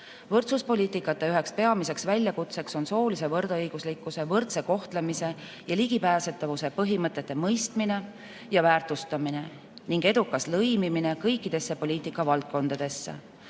Võrdsuspoliitikate üheks peamiseks väljakutseks on soolise võrdõiguslikkuse, võrdse kohtlemise ja ligipääsetavuse põhimõtete mõistmine ja väärtustamine ning edukas lõimimine kõikidesse poliitikavaldkondadesse.